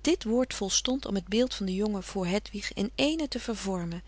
dit woord volstond om het beeld van den jongen voor hedwig in éénen te vervormen